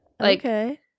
Okay